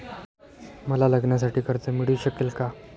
मला लग्नासाठी कर्ज मिळू शकेल का?